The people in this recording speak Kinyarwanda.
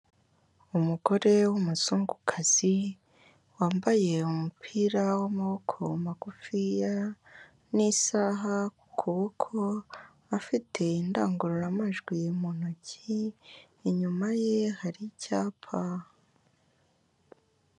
Umugore w'umuzungukazi, wambaye umupira w'amaboko magufiya n'isaha ku kuboko, afite indangururamajwi mu ntoki, inyuma ye hari icyapa.